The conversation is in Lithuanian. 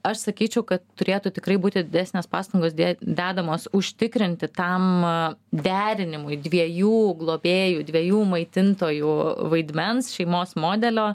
aš sakyčiau kad turėtų tikrai būti didesnės pastangos dedamos užtikrinti tam derinimui dviejų globėjų dvejų maitintojų vaidmens šeimos modelio